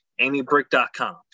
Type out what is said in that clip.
amybrick.com